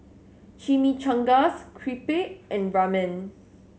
Chimichangas Crepe and Ramen